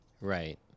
Right